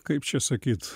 kaip čia sakyt